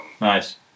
Nice